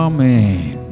Amen